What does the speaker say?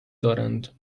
دارند